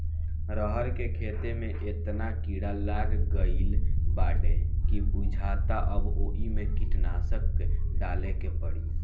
रहर के खेते में एतना कीड़ा लाग गईल बाडे की बुझाता अब ओइमे कीटनाशक डाले के पड़ी